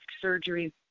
Surgery